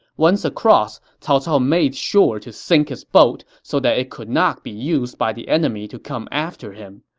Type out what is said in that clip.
once across, cao cao made sure to sink his boat so that it could not be used by the enemy to come after him.